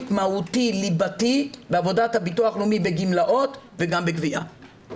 מהותי ליבתי בעבודת הביטוח הלאומי בגמלאות וגם בגבייה.